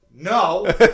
No